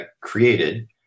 created